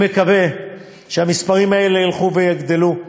אני מקווה שהמספרים האלה ילכו ויגדלו,